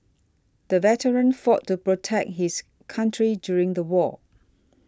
the veteran fought to protect his country during the war